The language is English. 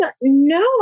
no